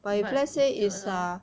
but if you allow